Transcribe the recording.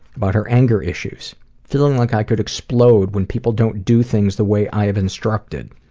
about her anger issues feel and like i could explode when people don't do things the way i have instructed.